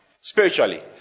spiritually